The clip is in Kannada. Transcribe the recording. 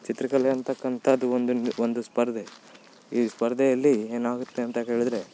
ಚಿತ್ರಕಲೆ ಅಂತಕ್ಕಂಥದ್ದು ಒಂದು ಒಂದು ಸ್ಪರ್ಧೆ ಈ ಸ್ಪರ್ಧೆಯಲ್ಲಿ ಏನಾಗುತ್ತೆ ಅಂತ ಹೇಳಿದ್ರೆ